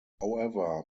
however